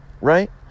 right